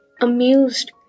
amused